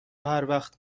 هروقت